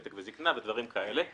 ותק וזקנה ודברים כאלה,